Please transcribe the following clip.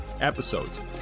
episodes